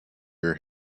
your